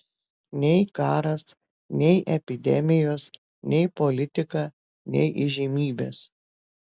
nei karas nei epidemijos nei politika nei įžymybės